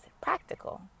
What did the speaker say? practical